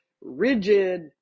rigid